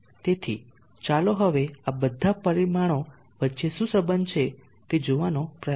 તેથી ચાલો હવે આ બધા પરિમાણો વચ્ચે શું સંબંધ છે તે જોવાનો પ્રયાસ કરીએ